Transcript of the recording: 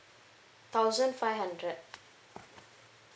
thousand five hundred